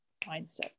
mindset